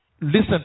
Listen